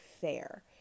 fair